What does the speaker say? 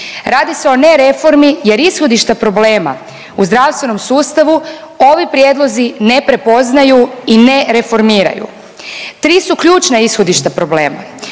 Radi se o ne reformi jer ishodište problema u zdravstvenom sustavu ovi prijedlozi ne prepoznaju i ne reformiraju. Tri su ključna ishodišta problem,